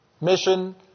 mission